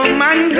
man